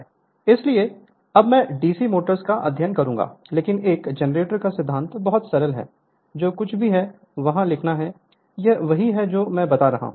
Refer Slide Time 0128 इसलिए अब मैं डीसी मोटर्स का अध्ययन करूंगा लेकिन एक जनरेटर का सिद्धांत बहुत सरल है जो कुछ भी है वहां लिखना है यह वही है जो मैं बता रहा हूं